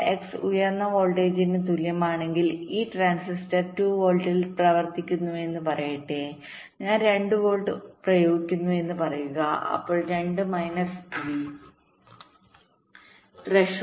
എന്നാൽ X ഉയർന്ന വോൾട്ടേജിന് തുല്യമാണെങ്കിൽ ഈ ട്രാൻസിസ്റ്റർ 2 വോൾട്ടിൽ പ്രവർത്തിക്കുന്നുവെന്ന് പറയട്ടെ ഞാൻ 2 വോൾട്ട് പ്രയോഗിക്കുന്നുവെന്ന് പറയുക അപ്പോൾ 2 minus V threshold minus V threshold